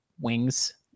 wings